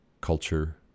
culture